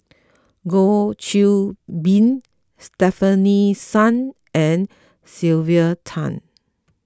Goh Qiu Bin Stefanie Sun and Sylvia Tan